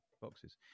boxes